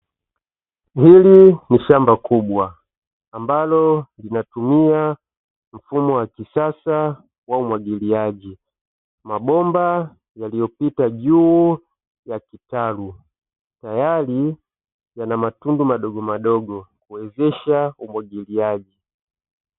Hili ni shamba kubwa ambalo linatumia mfumo wa kisasa wa umwagiliaji, mabomba yaliyopita juu ya kitalu, tayari yana matundu madogo madogo kuwezesha umwagiliaji.